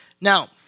Now